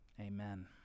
Amen